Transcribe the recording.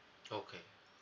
okay